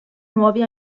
nuovi